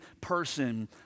person